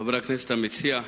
חבר הכנסת המציע,